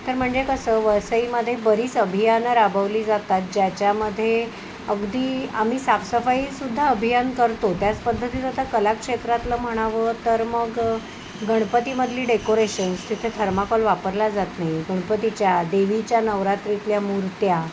तर म्हणजे कसं वसईमध्ये बरीच अभियानं राबवली जातात ज्याच्यामध्ये अगदी आम्ही साफसफाई सुद्धा अभियान करतो त्याच पद्धतीत आता कलाक्षेत्रातलं म्हणावं तर मग गणपतीमधली डेकोरेशन्स तिथे थर्माकोल वापरल्या जात नाही गणपतीच्या देवीच्या नवरात्रीतल्या मूर्त्या